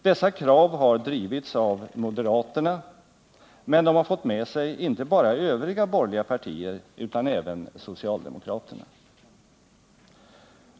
Dessa krav har drivits av moderaterna — men de har fått med inte bara övriga borgerliga partier utan även socialdemokraterna härpå.